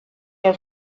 der